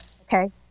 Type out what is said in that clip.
Okay